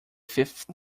fifth